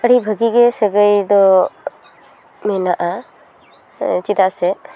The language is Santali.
ᱟᱹᱰᱤ ᱵᱷᱟᱹᱜᱤ ᱜᱮ ᱥᱟᱹᱜᱟᱹᱭ ᱫᱚ ᱢᱮᱱᱟᱜᱼᱟ ᱦᱮᱸ ᱪᱮᱫᱟᱜ ᱥᱮ